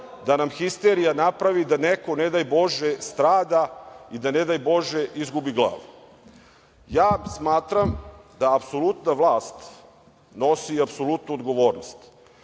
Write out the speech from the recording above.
da nam histerija napravi da neko, ne daj bože, strada i da ne daj bože izgubi glavu. Ja smatram da apsolutna vlast nosi i apsolutnu odgovornost